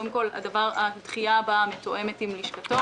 קודם כול הדחייה הבאה מתואמת עם לשכתו,